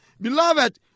Beloved